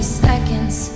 seconds